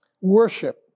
worship